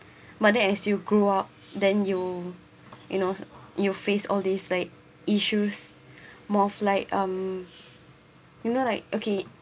but then as you grow up then you you know you face all these like issues more of like um you know like okay